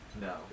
No